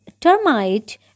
termite